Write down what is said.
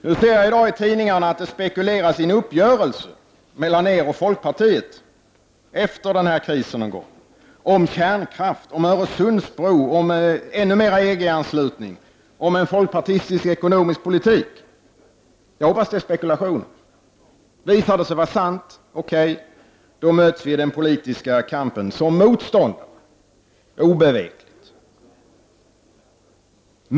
Jag ser nui tidningarna att det spekuleras om en uppgörelse mellan er och folkpartiet någon gång efter den här krisen, om kärnkraft, om Öresundsbro, om ännu mera EG-anslutning, om en folkpartistisk ekonomisk politik. Jag hoppas att det är spekulationer. Visar det sig vara sant, möts vi i den politiska kampen oundvikligen som motståndare.